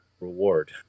reward